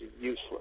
useless